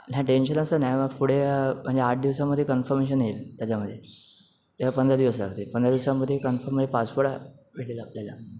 नाही टेन्शन असं नाही मग पुढे म्हणजे आठ दिवसामध्ये कन्फर्मेशन येईल त्याच्यामधे पंधरा दिवस लागते पंधरा दिवसामदे कन्फर्म आहे पासपोर्ट भेटेल आपल्याला